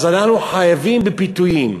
אז אנחנו חייבים בפיתויים.